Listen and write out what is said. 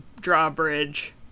drawbridge